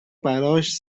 براش